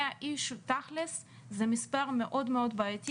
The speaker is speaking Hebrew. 100 איש תכלס זה מספר מאוד מאוד בעייתי,